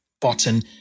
button